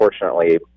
unfortunately